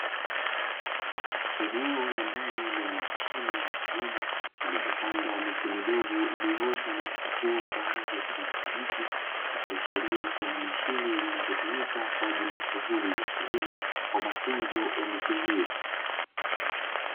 Eneo la ndani lenye mashine maalumu zilizopandwa miche midogo iliyoota na kuchipua kwa rangi ya kijani kibichi, ikiashiria kuwa ni mashine zinazotumika kwa ajili ya shughuli za kilimo kwa matunzo ya miche hiyo.